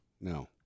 No